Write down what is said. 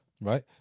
right